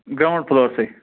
ground فُلورسٕے